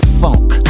funk